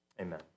amen